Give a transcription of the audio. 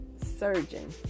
surgeon